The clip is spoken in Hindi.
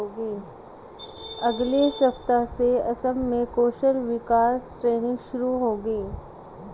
अगले सप्ताह से असम में कौशल विकास ट्रेनिंग शुरू होगी